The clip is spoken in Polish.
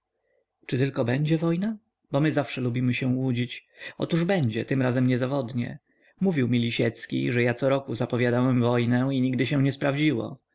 czy tylko będzie wojna bo my zawsze lubimy się łudzić otóż będzie tym razem niezawodnie mówił mi lisiecki że ja coroku zapowiadałem wojnę i nigdy się nie sprawdziło